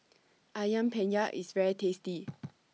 Ayam Penyet IS very tasty